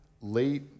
late